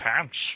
pants